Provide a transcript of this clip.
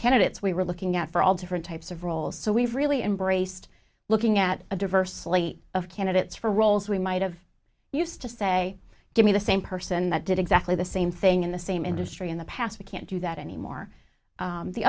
candidates we were looking at for all different types of roles so we've really embraced looking at a diverse slate of candidates for roles we might have used to say give me the same person that did exactly the same thing in the same industry in the past we can't do that anymore